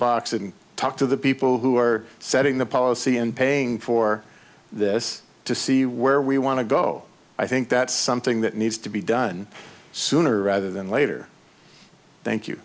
box and talk to the people who are setting the policy and paying for this to see where we want to go i think that's something that needs to be done sooner rather than later thank you